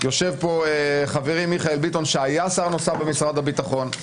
יושב פה חברי מיכאל ביטון שהיה שר נוסף במשרד הביטחון.